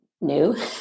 new